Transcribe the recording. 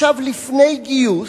עכשיו לפני גיוס,